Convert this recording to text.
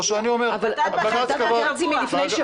או שאני אומר בג"צ קבע --- אבל החלטת בג"צ מלפני שבוע,